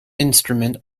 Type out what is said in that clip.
instrument